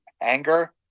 anger